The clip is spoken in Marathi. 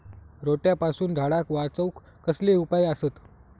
रोट्यापासून झाडाक वाचौक कसले उपाय आसत?